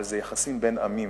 אבל מדובר ביחסים בין עמים.